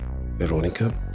Veronica